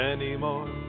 Anymore